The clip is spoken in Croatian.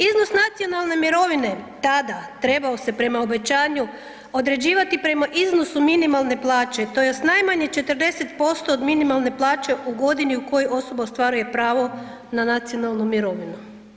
Iznos nacionalne mirovine tada trebao se prema obećanju određivati prema iznosu minimalne plaće, tj. najmanje 40% od minimalne plaće u godini u kojoj osoba ostvaruje pravo na nacionalnu mirovinu.